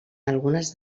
algunes